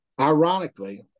Ironically